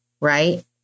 Right